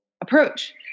approach